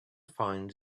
finds